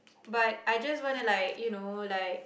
but I just wanna like you know like